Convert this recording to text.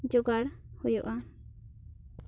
ᱡᱚᱜᱟᱲ ᱦᱩᱭᱩᱜᱼᱟ